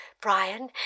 Brian